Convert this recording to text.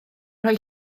rhoi